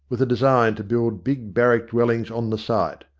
with a design to build big barrack dwellings on the site.